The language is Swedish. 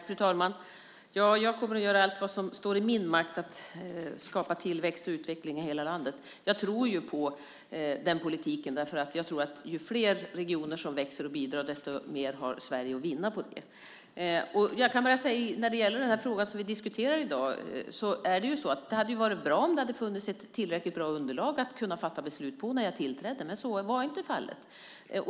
Fru talman! Jag kommer att göra allt som står i min makt för att skapa tillväxt och utveckling i hela landet. Jag tror på den politiken, för jag tror att ju flera regioner som växer och bidrar, desto mer vinner Sverige. När det gäller den fråga som vi diskuterar i dag kan jag bara säga att det hade varit bra om det hade funnits ett tillräckligt bra underlag för att kunna fatta beslut när jag tillträdde, men så var inte fallet.